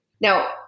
Now